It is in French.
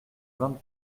vingt